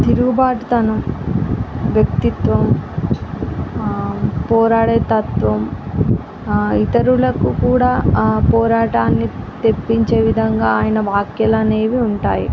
తిరుగుబాటు తనం వ్యక్తిత్వం పోరాడే తత్వం ఇతరులకు కూడా ఆ పోరాటాన్ని తెప్పించే విధంగా ఆయన వ్యాఖ్యలు అనేవి ఉంటాయి